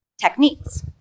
techniques